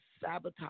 sabotage